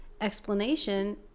explanation